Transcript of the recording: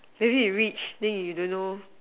maybe he reach and then he don't know